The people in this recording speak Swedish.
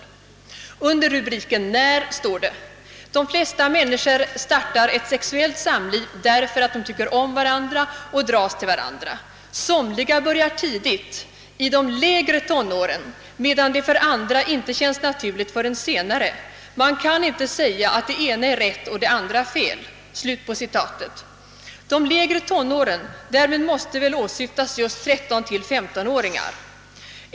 Under rubriken När? står det följande: »De flesta människor startar ett sexuellt samliv, därför att de tycker om varandra och dras till varandra. Somliga börjar tidigt — i de lägre tonåren — medan det för andra inte känns naturligt förrän senare. Man kan inte säga att det ena är rätt och det andra fel.» Med uttrycket »de lägre tonåren» måste väl åsyftas just 13—15-åringar.